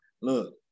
Look